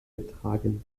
getragen